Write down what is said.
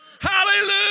Hallelujah